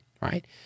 right